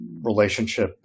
relationship